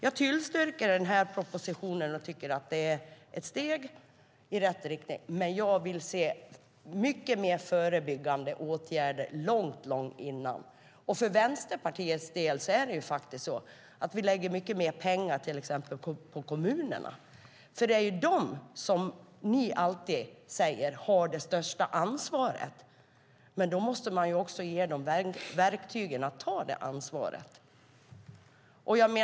Jag tillstyrker den här propositionen och tycker att den är ett steg i rätt riktning, men jag vill se många fler förebyggande åtgärder långt tidigare. Vi i Vänsterpartiet lägger till exempel mycket mer pengar på kommunerna. Ni säger ju alltid att det är de som har det största ansvaret. Då måste man också ge dem verktyg att ta det ansvaret.